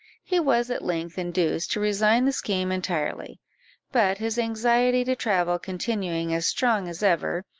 he was at length induced to resign the scheme entirely but his anxiety to travel continuing as strong as ever,